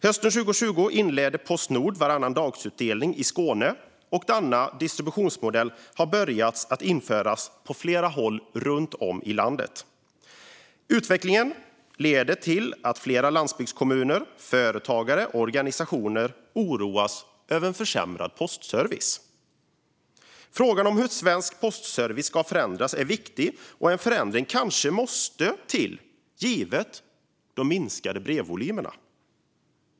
Hösten 2020 införde Postnord varannandagsutdelning i Skåne, och denna distributionsmodell har nu börjat införas på flera håll runt om i landet. Utvecklingen leder till att en del landsbygdskommuner, företagare och organisationer oroas över försämrad postservice. Frågan hur svensk postservice ska förändras är viktig, och en förändring kanske måste till givet de minskade brevvolymerna.